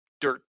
dirt